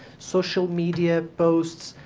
social media posts,